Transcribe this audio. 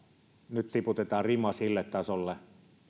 nyt tiputetaan rima sille tasolle